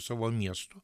savo miestu